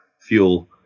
fuel